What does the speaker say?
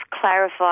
clarify